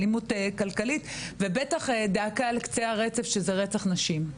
אלימות כלכלית ובטח על קצה הרצף שזה רצח נשים.